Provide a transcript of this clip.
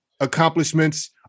accomplishments